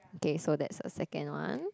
K so that's the second one